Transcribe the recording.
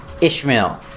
Ishmael